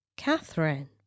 Catherine